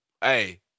hey